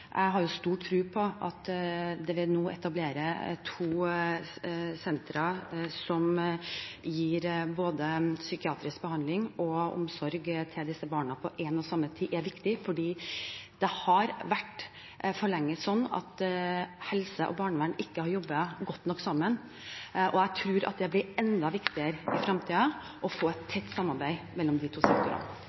Jeg har stor tro på at nå å etablere to sentre som gir både psykiatrisk behandling og omsorg til disse barna på en og samme tid, er viktig, for det har for lenge vært sånn at psykisk helsevern og barnevern ikke har jobbet godt nok sammen. Jeg tror at det blir enda viktigere i fremtiden å få et tett samarbeid mellom de to sektorene.